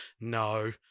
no